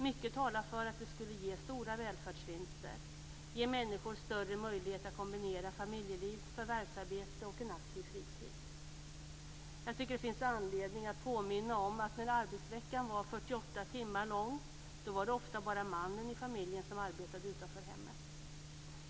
Mycket talar för att det skulle ge stora välfärdsvinster och ge människor större möjlighet att kombinera familjeliv, förvärvsarbete och en aktiv fritid. Det finns anledning att påminna om att när arbetsveckan var 48 timmar lång var det ofta bara mannen i familjen som arbetade utanför hemmet.